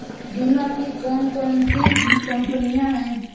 बीमा की कौन कौन सी कंपनियाँ हैं?